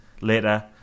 later